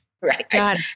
Right